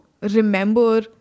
remember